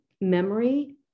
memory